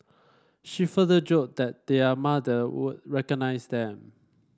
she further joked that their mother would recognise them